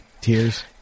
Tears